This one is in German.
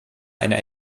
einer